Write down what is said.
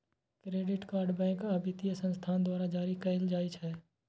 credit card bank आ वित्तीय संस्थान द्वारा जारी कैल जाइ छै